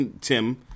Tim